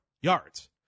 yards